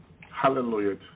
Hallelujah